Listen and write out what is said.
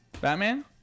Batman